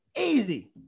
easy